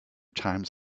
times